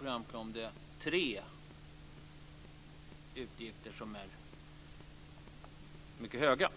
var utgifterna för tre enskilda händelser mycket höga.